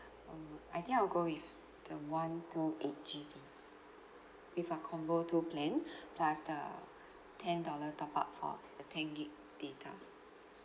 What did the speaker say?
um I think I'll go with the one two eight G_B with a combo two plan plus the ten dollar top up for the ten gig data